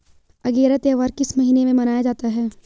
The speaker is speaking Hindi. अगेरा त्योहार किस महीने में मनाया जाता है?